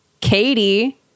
Katie